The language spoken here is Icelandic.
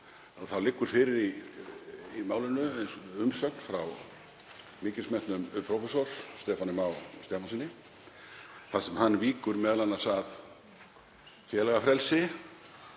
þá liggur fyrir í málinu bréf eða umsögn frá mikilsmetnum prófessor, Stefáni Má Stefánssyni, þar sem hann víkur m.a. að félagafrelsi